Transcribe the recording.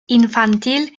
infantil